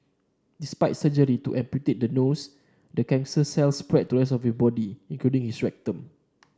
despite surgery to amputate the nose the cancer cells spread to the rest of your body including his rectum